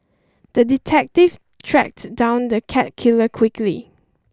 the detective tracked down the cat killer quickly